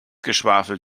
geschwafel